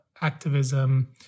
activism